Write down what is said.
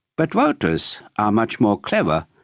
but voters are much more clever.